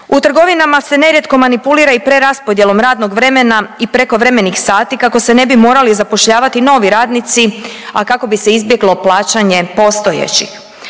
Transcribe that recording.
U trgovinama se nerijetko manipulira i preraspodjelom radnog vremena i prekovremenih sati kako se ne bi morali zapošljavati novi radnici, a kako bi se izbjeglo plaćanje postojećih.